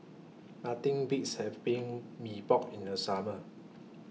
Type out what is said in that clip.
Nothing Beats having Mee Pok in The Summer